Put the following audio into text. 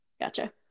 Gotcha